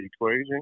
equation